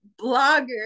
blogger